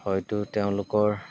হয়তো তেওঁলোকৰ